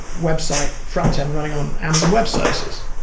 website frontend running on amazon web services.